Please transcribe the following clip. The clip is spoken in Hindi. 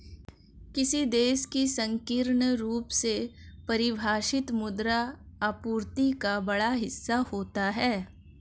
किसी देश की संकीर्ण रूप से परिभाषित मुद्रा आपूर्ति का बड़ा हिस्सा होता है